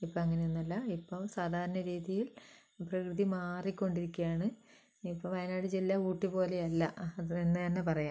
ഇപ്പോൾ അങ്ങനെയൊന്നുമല്ല ഇപ്പം സാധാരണ രീതിയിൽ പ്രകൃതി മാറിക്കൊണ്ടിരിക്കുകയാണ് ഇപ്പോൾ വയനാട് ജില്ല ഊട്ടി പോലെയല്ല അതുത്തന്നെയെന്ന് പറയാം